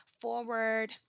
forward